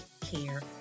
care